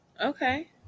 Okay